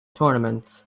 tournaments